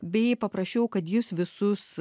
bei paprašiau kad jis visus